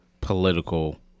political